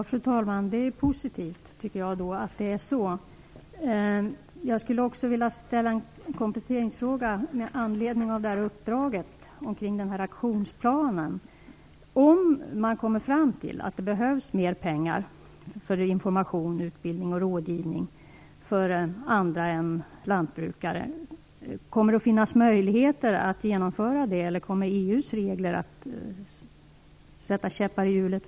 Fru talman! Det är positivt att det är på det sättet. Jag vill också ställa en kompletteringsfråga med anledning av uppdraget och aktionsplanen. Om man kommer fram till att det behövs mer pengar för information, utbildning och rådgivning för andra än lantbrukare, kommer det då att finnas möjligheter att genomföra det, eller kommer EU:s regler att sätta käppar i hjulet?